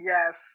Yes